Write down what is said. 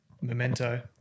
Memento